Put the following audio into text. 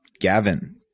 Gavin